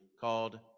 called